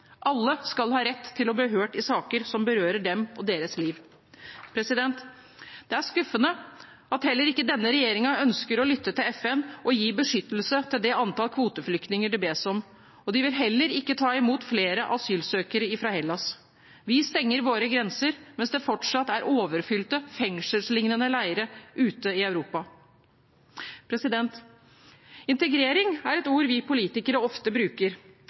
Alle skal ha rett til å bli hørt i saker som berører dem og deres liv. Det er skuffende at heller ikke denne regjeringen ønsker å lytte til FN og gi beskyttelse til det antall kvoteflyktninger det bes om, og de vil heller ikke ta imot flere asylsøkere fra Hellas. Vi stenger våre grenser mens det fortsatt er overfylte, fengselslignende leirer ute i Europa. Integrering er et ord vi politikere ofte bruker,